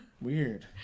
Weird